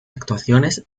actuaciones